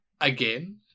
Again